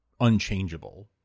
unchangeable